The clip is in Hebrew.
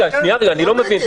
סליחה, אני לא מבין.